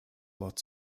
wort